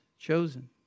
chosen